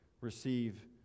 Receive